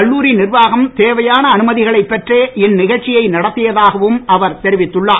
கல்லூரி நிர்வாகம் தேவையான அனுமதிகளைப் பெற்றே இந்நிகழ்ச்சியை நடத்தியதாகவும் அவர் தெரிவித்துள்ளார்